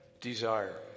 desire